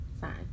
Fine